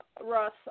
Russ